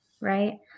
right